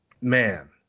man